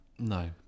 No